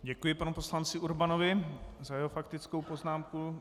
Děkuji panu poslanci Urbanovi za jeho faktickou poznámku.